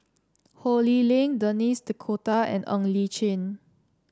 Ho Lee Ling Denis D Cotta and Ng Li Chin